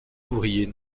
ouvriers